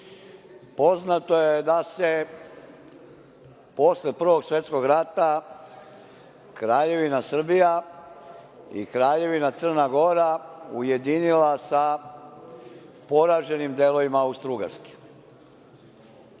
poznato je da se posle Prvog svetskog rata Kraljevina Srbija i Kraljevina Crna Gora ujedinila sa poraženim delovima Austrougarske.